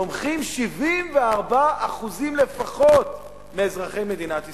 תומכים לפחות 74% מאזרחי מדינת ישראל.